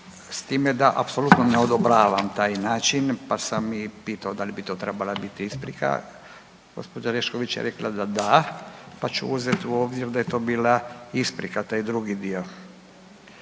s time da apsolutno ne odobravam taj način, pa sam i pitao da li bi to trebala biti isprika, gospođa Orešković je rekla da da, pa ću uzet u obzir da je to bila isprika taj drugi dio,